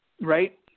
right